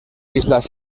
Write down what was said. islas